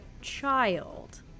child